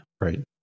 right